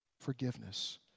forgiveness